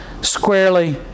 squarely